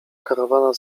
karawana